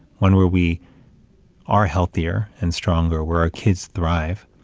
one where we are healthier and stronger, where our kids thrive,